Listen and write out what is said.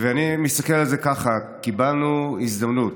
אני מסתכל על זה ככה: קיבלנו הזדמנות.